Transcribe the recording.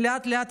ולאט-לאט,